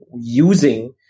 using